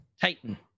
Titan